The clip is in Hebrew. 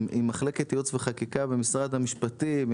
עם מחלקת ייעוץ וחקיקה במשרד המשפטים,